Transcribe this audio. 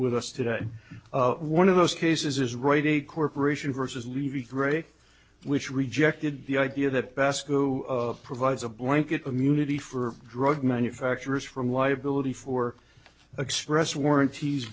with us today one of those cases is writing a corporation versus levy great which rejected the idea that basket provides a blanket immunity for drug manufacturers from liability for express warranties